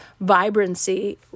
vibrancy